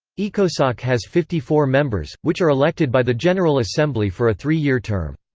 ecosoc has fifty four members, which are elected by the general assembly for a three-year term.